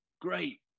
great